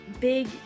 big